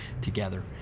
together